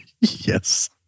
yes